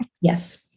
Yes